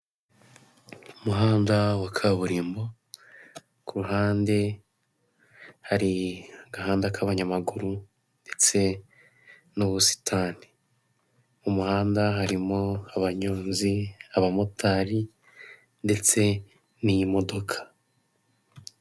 Umuhanda wa kaburimbo, kuruhande hari agahanda k'abanyamaguru ndetse n'ubusitani, mu muhanda harimo abanyonzi, abamotari ndetse n'imodoka.